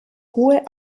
hohe